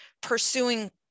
pursuing